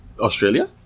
Australia